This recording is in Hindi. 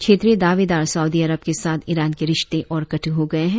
श्रेत्रीय दावेदार साऊदी अरब के साथ ईरान के रिश्ते और कट् हो गए है